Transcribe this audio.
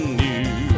new